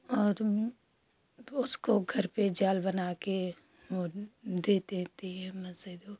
और उसको घर पर जाल बनाकर दे देते हैं